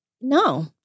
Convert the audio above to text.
No